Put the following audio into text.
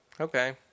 Okay